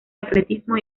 atletismo